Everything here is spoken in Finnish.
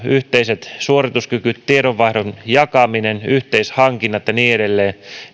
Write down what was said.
yhteisiä suorituskykyjä tiedonvaihdon jakamista yhteishankintoja ja niin edelleen